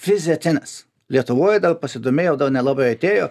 fizetinas lietuvoj gal pasidomėjau gal nelabai atėjo